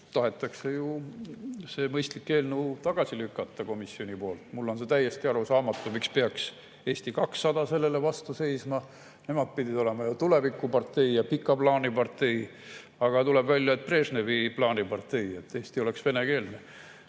tahetakse ju see mõistlik eelnõu tagasi lükata komisjoni poolt. Mulle on täiesti arusaamatu, miks peaks Eesti 200 sellele vastu seisma. Nemad pidid olema ju tulevikupartei ja pika plaani partei, aga tuleb välja, et [nad on] Brežnevi plaani partei, et Eesti oleks venekeelne.